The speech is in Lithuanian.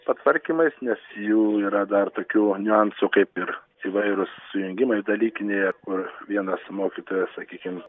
patvarkymais nes jų yra dar tokių niuansų kaip ir įvairūs sujungimai dalykinėje kur vienas mokytojas sakykim